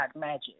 magic